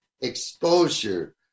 exposure